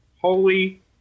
holy